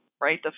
right